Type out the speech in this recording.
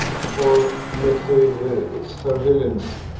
for let's say surveillance,